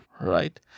Right